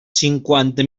cinquanta